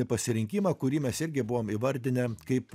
pasirinkimą kurį mes irgi buvome įvardinę kaip